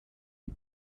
die